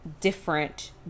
different